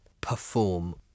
perform